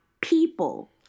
people